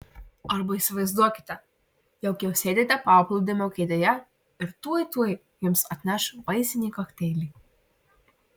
arba įsivaizduokite jog jau sėdite paplūdimio kėdėje ir tuoj tuoj jums atneš vaisinį kokteilį